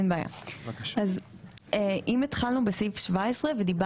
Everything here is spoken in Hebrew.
אין בעיה, התחלנו בסעיף 17 שאומר